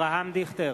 אברהם דיכטר,